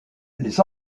les